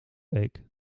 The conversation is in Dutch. week